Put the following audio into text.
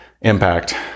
impact